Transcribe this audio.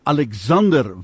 Alexander